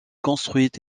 construites